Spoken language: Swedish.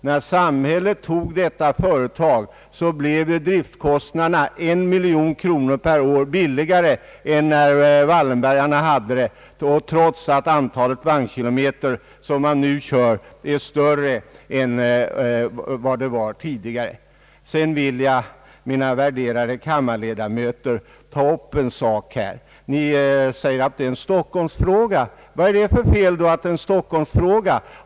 När samhället tog över detta företag blev driftkostnaderna en miljon kronor lägre per år än när Wallenbergarna hade det, trots att antalet vagnkilometer nu är större än tidigare. Sedan vill jag, värderade kammarkamrater, ta upp ytterligare en sak. Ni säger att det är en Stockholmsfråga. Vad är det för fel med att det är en Stockholmsfråga?